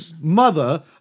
mother